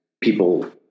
people